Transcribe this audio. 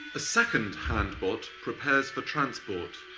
a second handbot prepares for transport.